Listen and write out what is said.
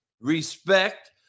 respect